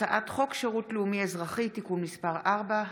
הצעת חוק שירות לאומי-אזרחי (תיקון מס' 4),